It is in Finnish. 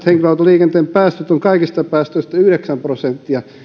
henkilöautoliikenteen päästöt ovat kaikista päästöistä yhdeksän prosenttia